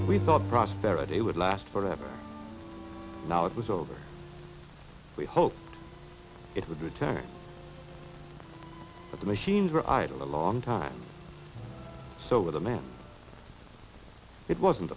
we thought prosperity would last forever now it was over we hoped it would return but the machines were idle a long time so little man it wasn't